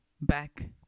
back